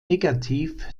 negativ